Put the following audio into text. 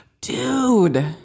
Dude